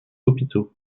hôpitaux